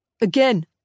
Again